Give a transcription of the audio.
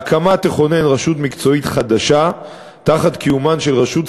מינהלת ההקמה תכונן רשות מקצועית חדשה תחת קיומה של רשות סטטוטורית,